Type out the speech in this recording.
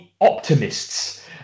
optimists